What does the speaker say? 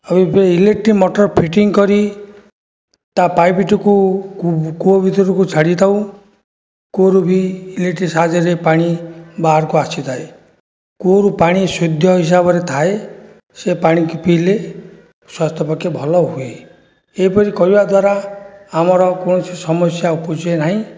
ଆଉ ଏବେ electric motor fitting କରି ତା' ପାଇପ୍ଟିକୁ କୂଅ ଭିତରକୁ ଛାଡ଼ିଥାଉ କୂଅରୁ ବି ଇଲେକ୍ଟ୍ରି ସାହାଯ୍ୟରେ ପାଣି ବାହାରକୁ ଆସିଥାଏ କୂଅରୁ ପାଣି ଶୁଦ୍ଧ ହିସାବରେ ଥାଏ ସେ ପାଣିକି ପିଇଲେ ସ୍ୱାସ୍ଥ୍ୟ ପକ୍ଷେ ଭଲ ହୁଏ ଏଇପରି କରିବା ଦ୍ୱାରା ଆମର କୌଣସି ସମସ୍ୟା ଉପୁଜେ ନାହିଁ